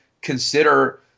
consider